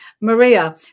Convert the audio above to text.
maria